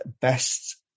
best